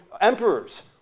emperors